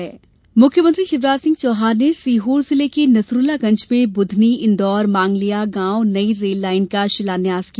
मुख्यमंत्री रेल मुख्यमंत्री शिवराज सिंह चौहान ने सीहोर जिले के नसरूल्लागंज में बुधनी इंदौर मांगलिया गाँव नई रेल लाईन का शिलान्यास किया